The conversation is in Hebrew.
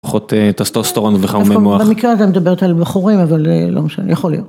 פחות טסטוסטרון וחמומי מוח. במקרה הזה אני מדברת על בחורים, אבל לא משנה, יכול להיות.